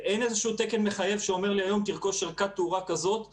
אין תקן מחייב שאומר לי היום: תרכוש ערכת תאורה כזאת וכזאת,